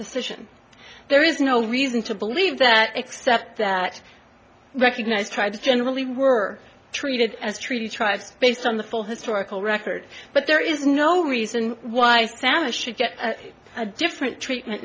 decision there is no reason to believe that except that recognized tribes generally were treated as tree tribes based on the full historical record but there is no reason why santa should get a different treatment